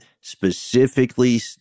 specifically